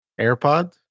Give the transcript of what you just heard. AirPods